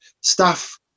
staff